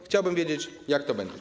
Chciałbym wiedzieć, jak to będzie.